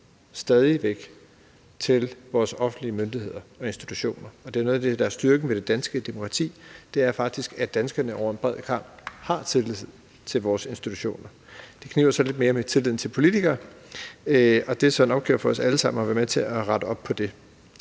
tillid til vores offentlige myndigheder og institutioner, og det er faktisk noget af det, der er styrken ved det danske demokrati, altså at vi danskere over en bred kam har tillid til vores institutioner. Det kniber så lidt mere med tilliden til politikere, og det er så en opgave for os alle sammen at være med til at rette op på det.